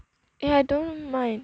eh I don't mind